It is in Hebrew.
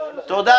תודה.